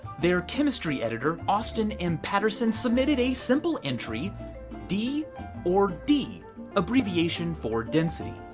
their chemistry editor austin n paterson submitted a simple entry d or d abbreviation for density.